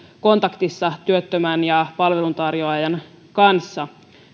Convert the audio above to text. kontaktissa työttömän ja palveluntarjoajan kanssa